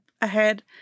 ahead